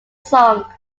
song